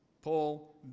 paul